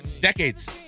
decades